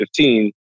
2015